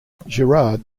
gerard